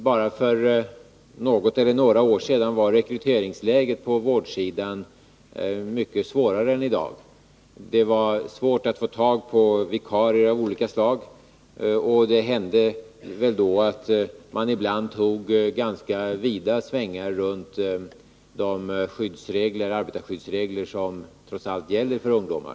Bara för något eller några år sedan var rekryteringsläget på vårdsidan mycket svårare än i dag. Det var svårt att få tag på vikarier av olika slag. Det hände väl då att man ibland tog ganska vida svängar runt de arbetarskyddsregler som trots allt gäller för ungdomar.